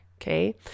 Okay